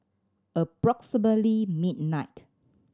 approximately midnight